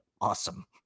awesome